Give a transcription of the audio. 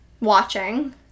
Watching